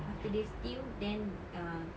after they steam then uh